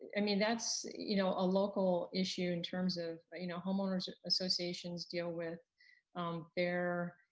i mean that's you know a local issue in terms of but you know homeowners associations deal with their,